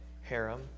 harem